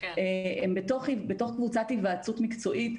הם בתוך קבוצת היוועצות מקצועית.